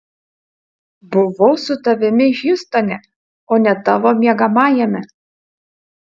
buvau su tavimi hjustone o ne tavo miegamajame